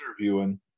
interviewing